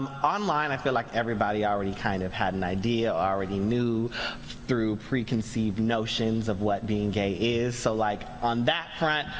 online i felt like everybody kind of had an idea or already knew through preconceived notions of what being gay is. so like on that front,